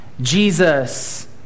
Jesus